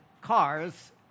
cars